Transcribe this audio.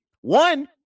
One